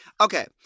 okay